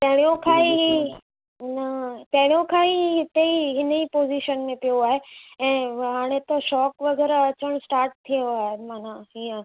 पहिरियों खां ई न पहिरियों खां ई हिते ई हिनजी पोजीशन में पियो आहे ऐं हाणे त शॉक वग़ैरह अचण स्टाट थियो आहे माना हींअर